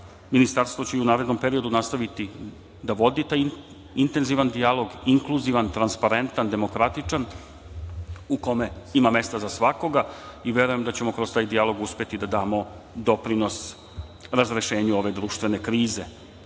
rada. Ministarstvo će u i u narednom periodu nastaviti da vodi taj intenzivan dijalog, inkluzivan, transparentan, demokratičan u kome ima mesta za svakoga i verujem da ćemo kroz taj dijalog uspeti da damo doprinos razrešenju ove društvene krize. Ono